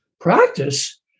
practice